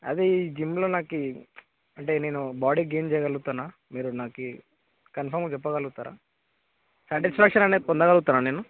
అది జిమ్లో నాకు అంటే నేను బాడీ గెయిన్ చేయగలుగుతానా నాకు కన్ఫార్మ్గా చెప్పగలుగుతారా సాటిస్ఫాక్షన్ అనేది పొందగలుగుతానా నేను